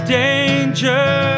danger